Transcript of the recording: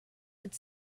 could